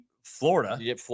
Florida